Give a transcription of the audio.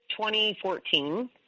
2014